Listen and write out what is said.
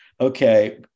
okay